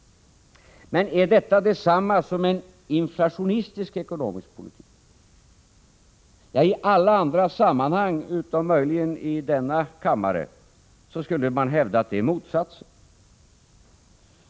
Är detta detsamma som en inflationistisk ekonomisk politik? I alla sammanhang — utom möjligen i denna kammare — skulle man hävda att det är motsatsen.